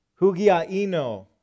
Hugia'ino